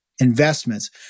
investments